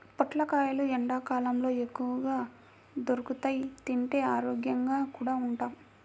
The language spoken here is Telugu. పొట్లకాయలు ఎండ్లకాలంలో ఎక్కువగా దొరుకుతియ్, తింటే ఆరోగ్యంగా కూడా ఉంటాం